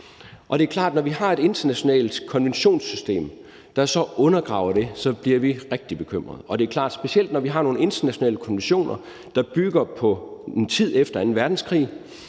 Det er klart, at når vi har et internationalt konventionssystem, der så undergraver det, bliver vi rigtig bekymrede, og det er klart, specielt når vi har nogle internationale konventioner, der bygger på en tid efter anden verdenskrig,